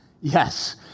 Yes